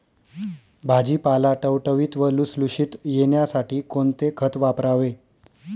भाजीपाला टवटवीत व लुसलुशीत येण्यासाठी कोणते खत वापरावे?